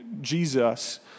Jesus